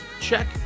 check